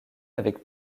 avec